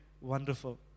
wonderful